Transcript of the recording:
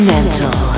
Mental